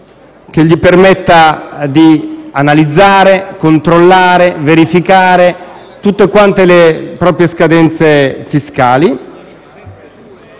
che gli permetta di analizzare, controllare e verificare tutte le proprie scadenze fiscali